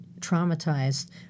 traumatized